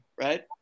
right